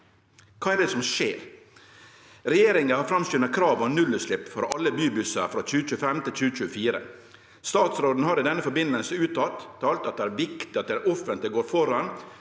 Kva er det som skjer? Regjeringa har framskunda kravet om nullutslepp for alle bybussar frå 2025 til 2024. Statsråden har i den forbindelse uttalt at det er viktig at det offentlege går føre